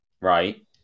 right